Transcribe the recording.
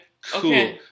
Cool